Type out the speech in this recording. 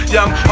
Young